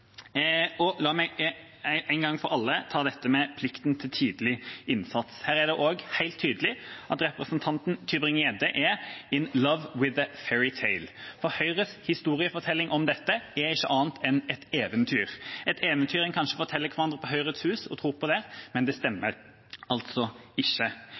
La meg en gang for alle ta dette med plikten til tidlig innsats. Her er det helt tydelig at representanten Tybring-Gjedde er «in love with a fairy tale», for Høyres historiefortelling om dette er ikke annet enn et eventyr – et eventyr man kanskje forteller hverandre på Høyres Hus og tror på, men det stemmer altså ikke.